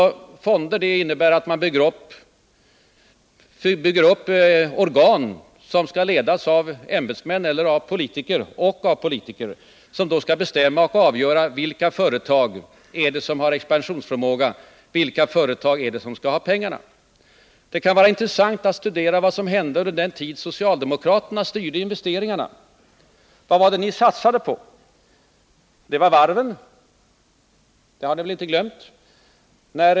Fonder innebär att man bygger upp organ som skall ledas av ämbetsmän eller politiker, vilka skall bestämma och avgöra vilka företag som har expansionsförmåga och skall få investeringspengar. Det kan vara intressant att studera vad som hände under den tid då socialdemokraterna styrde investeringarna. Vad satsade ni på? Det var varven. Det har ni väl inte glömt?